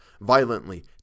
Violently